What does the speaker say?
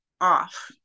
off